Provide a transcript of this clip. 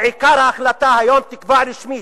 בעיקר ההחלטה היום תקבע רשמית: